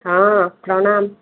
ହଁ ପ୍ରଣାମ